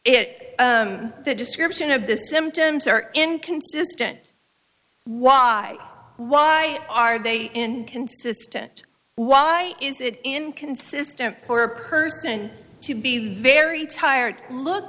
it the description of the symptoms are inconsistent why why are they in consistent why is it inconsistent poor person to be very tired look